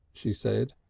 she said.